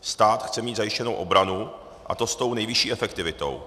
Stát chce mít zajištěnou obranu, a to s tou nejvyšší efektivitou.